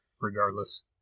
Regardless